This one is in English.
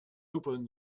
open